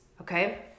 okay